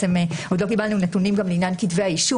עוד לא קיבלנו נתונים גם לעניין כתבי האישום,